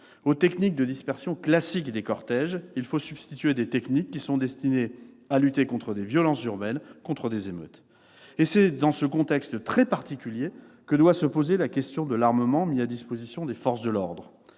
aux techniques de dispersion classique des cortèges, il faut substituer des techniques destinées à lutter contre des violences urbaines, contre des émeutes. C'est dans ce contexte très particulier que doit se poser la question de l'armement mis à disposition des forces de l'ordre.